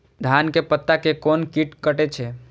धान के पत्ता के कोन कीट कटे छे?